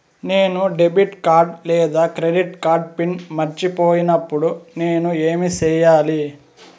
నేను debit card లేదా credit card PIN మర్చిపోయినప్పుడు నేను ఏమి సెయ్యాలి?